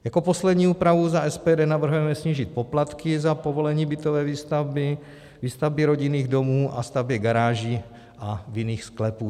Jako poslední úpravu za SPD navrhujeme snížit poplatky za povolení bytové výstavby, výstavby rodinných domů a staveb garáží a vinných sklepů.